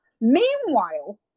meanwhile